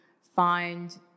find